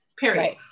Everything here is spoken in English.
period